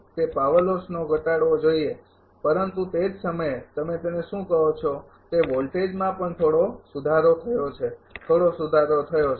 તે power loss ઘટાડવો જોઈએ પરંતુ તે જ સમયે કે તમે તેને શું કહો છો તે વોલ્ટેજમાં પણ થોડો સુધારો થયો છે થોડો સુધારો થયો છે